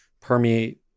permeate